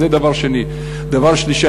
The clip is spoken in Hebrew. דבר שלישי,